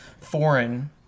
foreign